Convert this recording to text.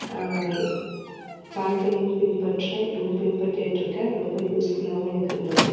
வாழ்க்கையிலையும் பின்பற்றேன் இன்னும் பின்பற்றிட்டு இருக்கேன் ரொம்ப யூஸ்ஃபுல்லாவும் எனக்கு இருந்தது